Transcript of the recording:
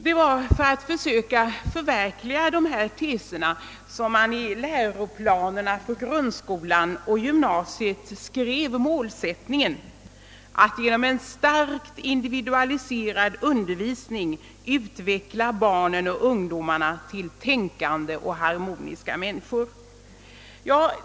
Det var väl också för att försöka förverkliga dessa teser som man i läroplanerna för grundskolan och gymnasiet skrev målsättningen att genom en starkt individualiserad undervisning utveckla barnen och ungdomarna till tänkande och harmoniska människor.